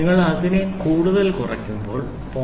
നിങ്ങൾ അതിനെ കൂടുതൽ കുറയ്ക്കുമ്പോൾ 0